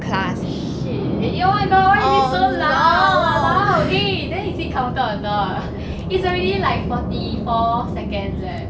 oh shit oh my god why is it so long !walao! eh then is it counted or not it's already like forty four seconds eh